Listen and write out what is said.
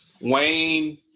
Wayne